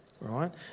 right